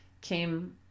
came